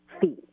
fee